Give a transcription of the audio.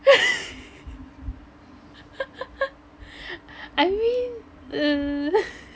I mean err